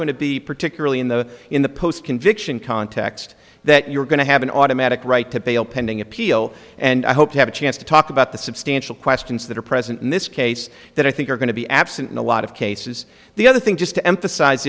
to be particularly in the in the post conviction context that you're going to have an automatic right to bail pending appeal and i hope to have a chance to talk about the substantial questions that are present in this case that i think are going to be absent in a lot of cases the other thing just to emphasize